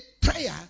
prayer